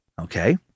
Okay